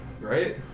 right